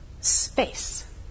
space